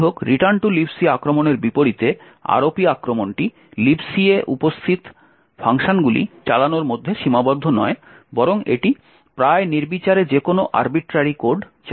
যাইহোক return to lib c আক্রমণের বিপরীতে ROP আক্রমণটি libc এ উপস্থিত ফাংশনগুলি চালানোর মধ্যে সীমাবদ্ধ নয় বরং এটি প্রায় নির্বিচারে যেকোনো কোড চালাতে পারে